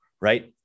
right